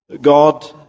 God